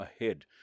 ahead